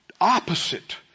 opposite